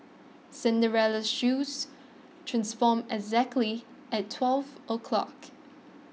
Cinderella's shoes transformed exactly at twelve o'clock